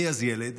אני אז ילד,